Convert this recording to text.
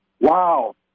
Wow